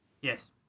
Yes